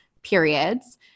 periods